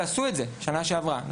ועשו את זה בשנה שעברה,